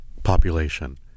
population